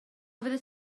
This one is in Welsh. fyddet